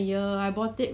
can see through